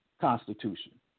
Constitution